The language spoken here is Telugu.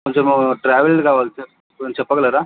కొంచెము ట్రావెల్డ్ కావాలి సార్ కొంచెం చెప్పగలరా